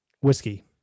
Whiskey